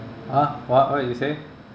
!huh! what did you say